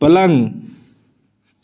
पलंग